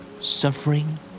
Suffering